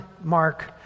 Mark